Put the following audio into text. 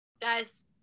Guys